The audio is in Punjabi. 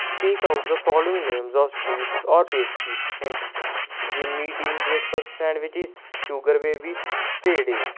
speak out the following names of sweets or pastries hint ਜਿਮਿਡੀਨ ਬ੍ਰੇਕਫਾਸ੍ਟ ਸੈਂਡਵਿਚਸ ਸੂਗਰ ਬੇਬੀਸ ਪੇੜੇ